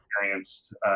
experienced